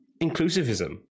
inclusivism